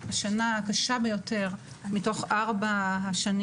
השנה הקשה ביותר מתוך ארבע השנים